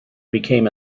became